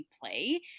play